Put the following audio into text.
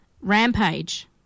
Rampage